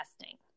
testing